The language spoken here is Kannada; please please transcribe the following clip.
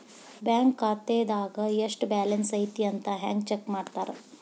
ಬ್ಯಾಂಕ್ ಖಾತೆದಾಗ ಎಷ್ಟ ಬ್ಯಾಲೆನ್ಸ್ ಐತಿ ಅಂತ ಹೆಂಗ ಚೆಕ್ ಮಾಡ್ತಾರಾ